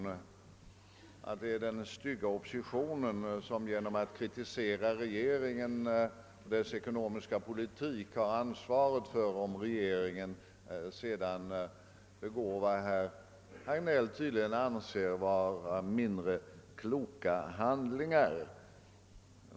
Herr Hagnell hävdar att det är den stygga oppositionen som genom att kritisera regeringen för dess ekonomiska politik har ansvaret om regeringen sedan utför vad herr Hagnell tydligen anser vara mindre kloka handlingar.